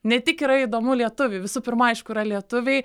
ne tik yra įdomu lietuviai visų pirma aišku yra lietuviai